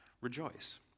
Rejoice